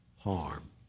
harm